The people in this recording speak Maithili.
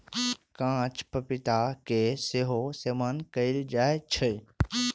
कांच पपीता के सेहो सेवन कैल जाइ छै